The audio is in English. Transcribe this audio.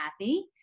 happy